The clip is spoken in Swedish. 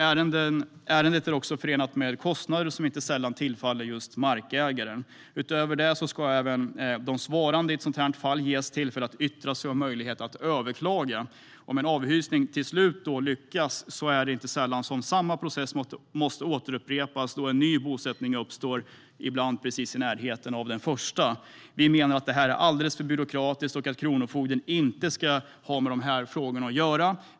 Ärendena är också förenade med kostnader som inte sällan läggs just på markägaren. Utöver detta ska de svarande i ett sådant här fall ges tillfälle att yttra sig och möjlighet att överklaga. Om en avhysning till slut lyckas är det inte sällan så att samma process måste upprepas då en ny bosättning uppstår, ibland precis i närheten av den första. Vi menar att detta är alldeles för byråkratiskt och att kronofogden inte ska ha med dessa frågor att göra.